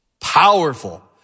Powerful